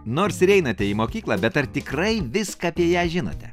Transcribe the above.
nors ir einate į mokyklą bet ar tikrai viską apie ją žinote